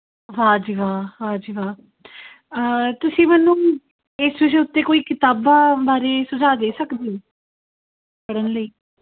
ਵਾਹ ਜੀ ਵਾਹ ਵਾਹ ਜੀ ਵਾਹ ਤੁਸੀਂ ਮੈਨੂੰ ਇਸ ਵਿਸ਼ੇ ਉੱਤੇ ਕੋਈ ਕਿਤਾਬਾਂ ਬਾਰੇ ਸੁਝਾਅ ਦੇ ਸਕਦੇ ਹੋ ਪੜ੍ਹਨ ਲਈ